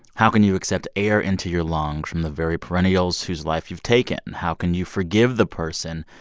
how can you accept air into your lungs from the very perennials whose life you've taken? how can you forgive the person,